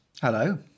Hello